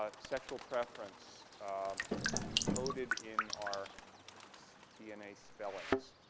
ah sexual preference encoded in our so dna spellings?